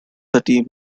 city